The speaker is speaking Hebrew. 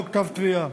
ולא כתב תביעה.